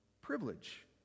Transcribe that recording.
privilege